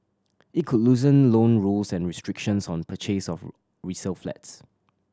it could loosen loan rules and restrictions on purchase of resale flats